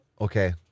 Okay